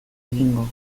egingo